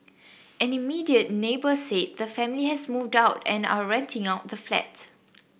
an immediate neighbour said the family has moved out and are renting out the flat